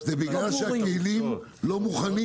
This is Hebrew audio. בגלל שהכלים לא מוכנים.